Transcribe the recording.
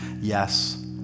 Yes